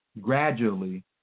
gradually